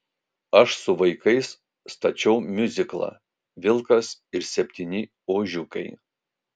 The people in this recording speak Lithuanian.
aš su vaikais stačiau miuziklą vilkas ir septyni ožiukai